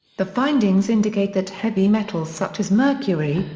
the findings indicate that heavy metals such as mercury,